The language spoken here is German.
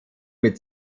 mit